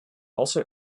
also